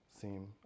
seem